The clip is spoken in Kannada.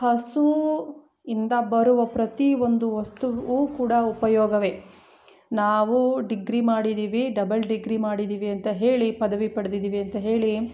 ಹಸುವಿನಿಂದ ಬರುವ ಪ್ರತಿಯೊಂದು ವಸ್ತುವು ಕೂಡ ಉಪಯೋಗವೆ ನಾವು ಡಿಗ್ರಿ ಮಾಡಿದಿವಿ ಡಬಲ್ ಡಿಗ್ರಿ ಮಾಡಿದಿವಿ ಅಂತ ಹೇಳಿ ಪದವಿ ಪಡೆದಿದಿವಿ ಅಂತ ಹೇಳಿ